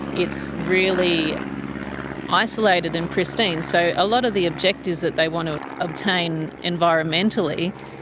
it's really isolated and pristine. so a lot of the objectives that they want to obtain environmentally,